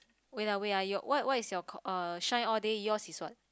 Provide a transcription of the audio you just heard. wait ah wait ah your what what is your c~ uh shine all day yours is what